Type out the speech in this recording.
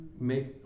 make